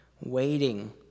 waiting